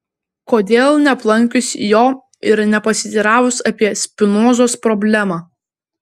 kodėl neaplankius jo ir nepasiteiravus apie spinozos problemą